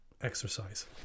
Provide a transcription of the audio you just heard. exercise